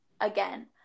again